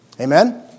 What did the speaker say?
Amen